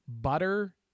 Butter